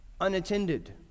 unattended